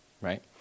right